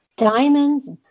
Diamonds